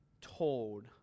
told